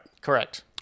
Correct